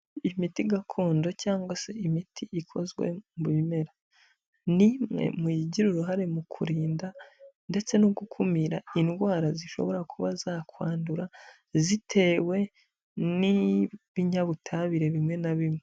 Imiti gakondo cyangwa se imiti ikozwe mu bimera, ni mwe muyigira uruhare mu kurinda ndetse no gukumira indwara zishobora kuba zakwandura, zitewe n'ibinyabutabire bimwe na bimwe.